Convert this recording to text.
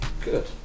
Good